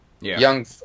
young